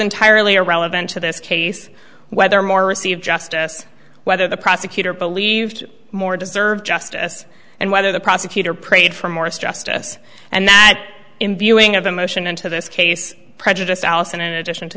entirely irrelevant to this case whether more receive justice whether the prosecutor believed more deserve justice and whether the prosecutor prayed for morris justice and that in viewing of emotion into this case prejudice alice in addition to